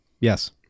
Yes